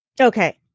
Okay